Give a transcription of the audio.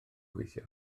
gweithio